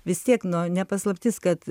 vis tiek nu ne paslaptis kad